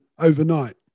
overnight